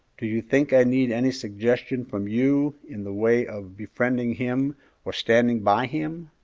do you think i need any suggestion from you in the way of befriending him or standing by him?